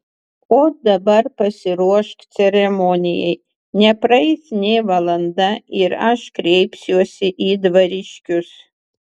o dabar pasiruošk ceremonijai nepraeis nė valanda ir aš kreipsiuosi į dvariškius